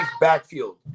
backfield